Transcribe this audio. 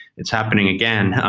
it's happening again.